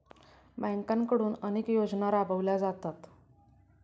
बँकांकडून अनेक योजना राबवल्या जातात